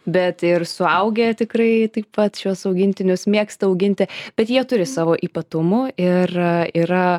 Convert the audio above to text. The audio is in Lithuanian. bet ir suaugę tikrai taip pat šiuos augintinius mėgsta auginti bet jie turi savo ypatumų ir yra